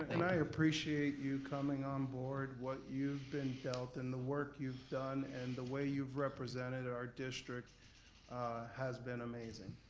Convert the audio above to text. and i appreciate you coming on board, what you've been dealt and the work you've done and the way you've represented our district has been amazing.